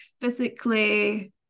physically